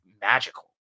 magical